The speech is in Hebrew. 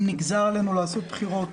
אם נגזר עלינו לעשות בחירות,